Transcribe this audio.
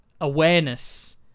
awareness